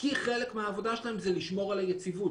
כי חלק מהעבודה שלהם זה לשמור על היציבות.